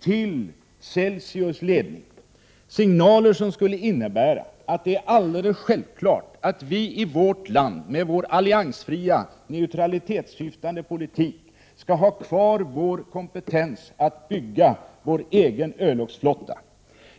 till Celsius ledning om att det är alldeles självklart att vi i vårt land med vår politik som syftar till alliansfri neutralitet skall ha kvar vår kompetens att bygga vår egen örlogsflotta.